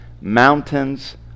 mountains